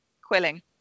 quilling